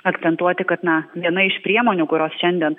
akcentuoti kad na viena iš priemonių kurios šiandien